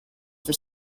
for